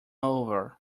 over